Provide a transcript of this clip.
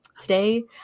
Today